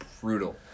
brutal